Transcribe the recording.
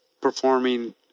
performing